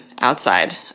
outside